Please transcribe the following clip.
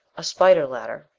a spider ladder,